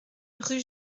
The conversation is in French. rue